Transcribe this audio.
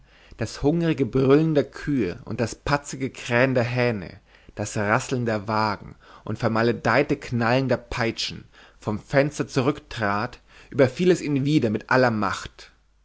das hungrige brüllen der kühe das patzige krähen der hähne das rasseln der wagen und vermaledeite knallen der peitschen vom fenster zurücktrat überfiel es ihn wieder mit aller macht